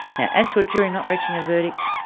now as to a jury not reaching a verdict